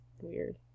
weird